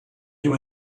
you